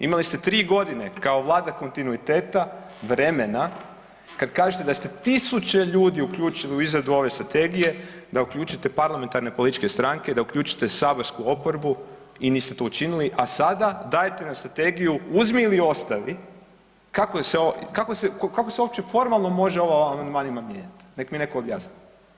Imali ste 3 godine kao Vlada kontinuiteta vremena kad kažete da ste tisuće ljudi uključili u izradu ove strategije da uključite parlamentarne političke stranke, da uključite saborsku oporbu i niste to učinili, a sada daje nam strategiju uzmi ili ostavi kako se uopće formalno može ovo amandmanima mijenjati, nek mi neko objasni.